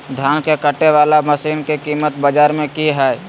धान के कटे बाला मसीन के कीमत बाजार में की हाय?